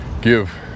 give